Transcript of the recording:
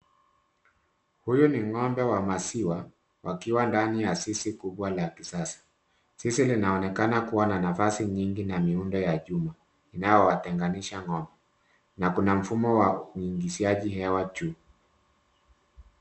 Huyu ni ng'ombe wa maziwa, wakiwa ndani ya zizi kubwa la kisasa. Zizi linaonekana kua na nafasi nyingi na miundo ya chuma, inayowatenganisha ng'ombe, na kuna mfumo wa uingiziaji hewa juu.